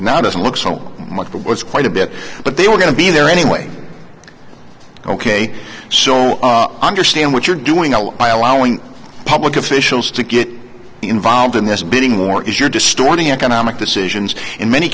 now doesn't look so much but was quite a bit but they were going to be there anyway ok so i understand what you're doing a lot by allowing public officials to get involved in this bidding war if you're distorting economic decisions in many